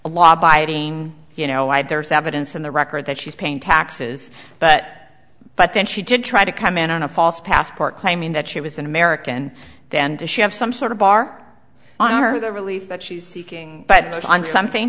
a law abiding you know i there is evidence in the record that she's paying taxes but but then she did try to come in on a false passport claiming that she was an american then does she have some sort of bar on her the relief that she's seeking but on something